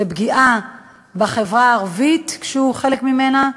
זו פגיעה בחברה הערבית שהוא חלק ממנה,